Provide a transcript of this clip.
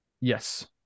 Yes